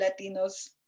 Latinos